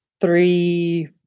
three